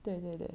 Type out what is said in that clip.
对对对